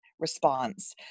Response